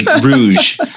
rouge